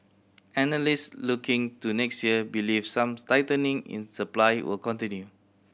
analysts looking to next year believe some tightening in supply will continue